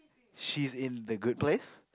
she's in the good place